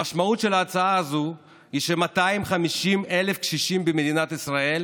המשמעות של ההצעה הזאת היא ש-250,000 קשישים במדינת ישראל